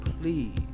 please